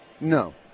No